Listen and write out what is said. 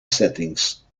settings